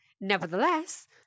Nevertheless